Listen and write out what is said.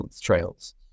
trails